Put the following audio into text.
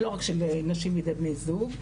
ולא רק של נשים בידי בני זוג,